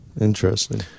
Interesting